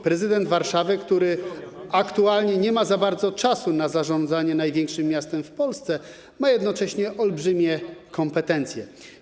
Prezydent Warszawy, który aktualnie nie ma za bardzo czasu na zarządzanie największym miastem w Polsce, ma jednocześnie olbrzymie kompetencje.